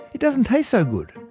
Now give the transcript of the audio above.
it doesn't taste so good.